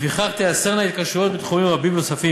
לפיכך תיאסרנה התקשרויות בתחומים רבים נוספים,